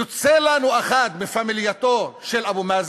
יוצא לנו אחד בפמלייתו של אבו מאזן,